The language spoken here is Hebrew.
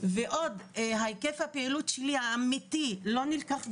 ועוד היקף הפעילות שלי האמיתי לא נלקח בחשבון,